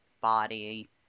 body